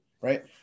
Right